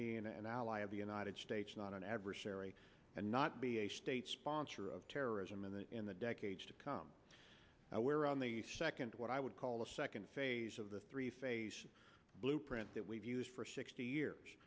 being an ally of the united states not an adversary and not be a state sponsor of terrorism and in the decades to come now we're on the second what i would call the second phase of the three phase blueprint that we've used for sixty years